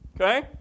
Okay